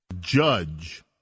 judge